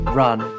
run